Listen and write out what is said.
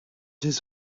his